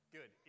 Good